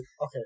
Okay